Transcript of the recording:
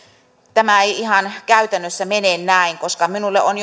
tämä ei ihan käytännössä mene näin koska minulle on